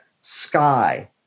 sky